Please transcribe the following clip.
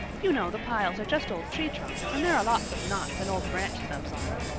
you know the piles are just old tree trunks and there are lots of knots and old branch stubs on them.